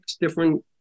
different